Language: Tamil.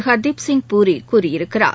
ஹர்தீப்சிங் பூரி கூறியிருக்கிறார்